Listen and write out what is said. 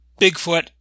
Bigfoot